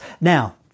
Now